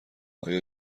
آیا